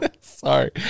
Sorry